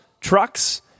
trucks